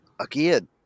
again